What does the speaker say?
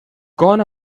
gone